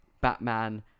Batman